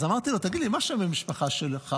אמרתי לו: תגיד לי, מה שם המשפחה שלך?